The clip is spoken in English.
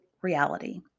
reality